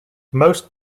most